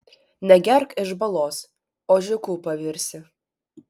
negerk iš balos ožiuku pavirsi